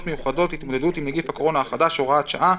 מיוחדות להתמודדות עם נגיף הקורונה החדש (הוראת שעה),